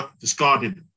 discarded